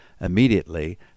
immediately